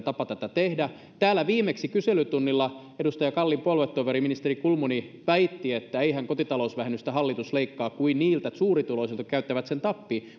tapa tehdä tätä täällä viimeksi kyselytunnilla edustaja kallin puoluetoveri ministeri kulmuni väitti että eihän kotitalousvähennystä hallitus leikkaa kuin niiltä suurituloisilta jotka käyttävät sen tappiin